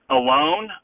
alone